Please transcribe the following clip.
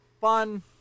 Fun